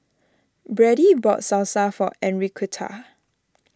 Brady bought Salsa for Enriqueta